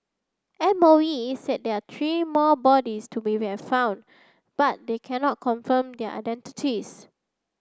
M O E said there three more bodies to be found but they cannot confirm their identities